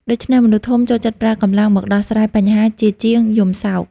ដូច្នេះមនុស្សធំចូលចិត្តប្រើកម្លាំងមកដោះស្រាយបញ្ហាជាជាងយំសោក។